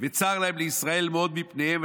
וצר להם לישראל מאוד מפניהם,